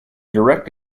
direct